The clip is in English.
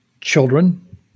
children